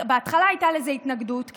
בהתחלה הייתה לזה התנגדות,